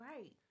Right